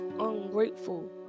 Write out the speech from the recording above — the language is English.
ungrateful